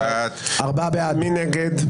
מי נגד?